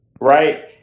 right